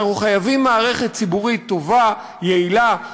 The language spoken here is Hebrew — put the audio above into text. אנחנו חייבים מערכת ציבורית טובה, יעילה.